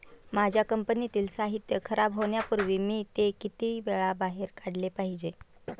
माझ्या कंपनीतील साहित्य खराब होण्यापूर्वी मी ते किती वेळा बाहेर काढले पाहिजे?